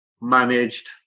managed